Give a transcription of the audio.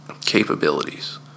capabilities